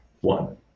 one